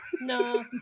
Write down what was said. No